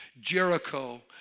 Jericho